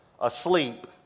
asleep